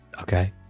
okay